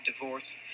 divorce